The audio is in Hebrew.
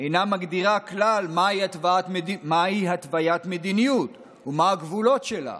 אינה מגדירה כלל מהי התוויית מדיניות ומהם הגבולות שלה.